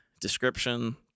description